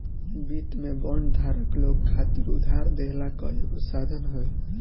वित्त में बांड धारक लोग खातिर उधार देहला कअ एगो साधन हवे